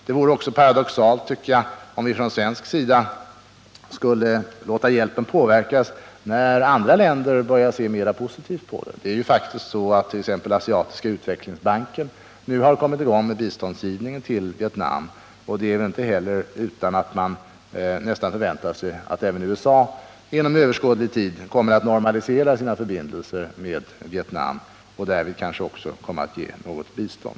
Det vore också paradoxalt, anser jag, om vi från svensk sida skulle låta hjälpen påverkas när andra länder börjar se mera positivt på den. Det är faktiskt så att t.ex. Asiatiska utvecklingsbanken nu har kommit i gång med biståndsgivning till Vietnam. Det är väl inte heller utan att man förväntar sig att även USA inom överskådlig tid normaliserar sina förbindelser med Vietnam och därvid också kanske ger visst bistånd.